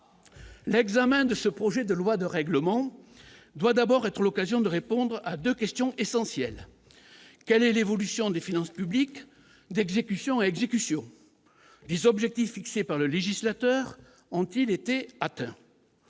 l'examen de ce projet de loi de règlement doit d'abord être l'occasion de répondre à 2 questions essentielles : quelle est l'évolution des finances publiques d'exécution exécution des objectifs fixés par le législateur, ont-ils été atteints,